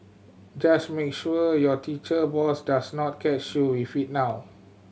just make sure your teacher boss does not catch you with it now